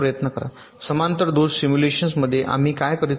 समांतर दोष सिम्युलेशनमध्ये आम्ही काय करीत होतो